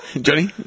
Johnny